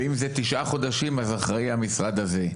ואם זה תשעה חודשים אחראי המשרד הזה.